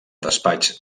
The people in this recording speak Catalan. despatx